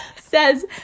says